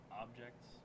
objects